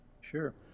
Sure